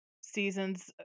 seasons